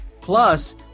Plus